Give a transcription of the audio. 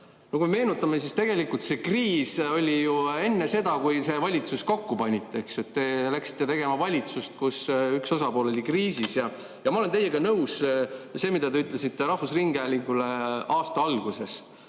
Kui me meenutame, siis tegelikult see kriis oli ju enne seda, kui te valitsuse kokku panite. Te läksite tegema valitsust, kus üks osapool oli kriisis. Ja ma olen teiega nõus, sellega, mida te ütlesite rahvusringhäälingule aasta alguses: